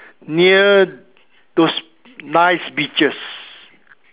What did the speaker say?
near those nice beaches